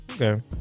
Okay